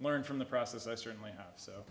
learned from the process i certainly hope so